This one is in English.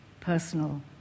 personal